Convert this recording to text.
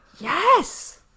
Yes